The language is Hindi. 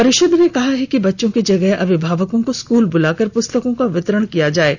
परिषद ने कहा है कि बच्चों की जगह अभिभावकों को स्कूल बुलाकर पुस्तकों का वितरण किया जायेगा